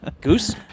Goose